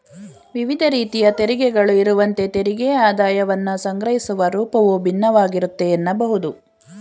ವಿವಿಧ ರೀತಿಯ ತೆರಿಗೆಗಳು ಇರುವಂತೆ ತೆರಿಗೆ ಆದಾಯವನ್ನ ಸಂಗ್ರಹಿಸುವ ರೂಪವು ಭಿನ್ನವಾಗಿರುತ್ತೆ ಎನ್ನಬಹುದು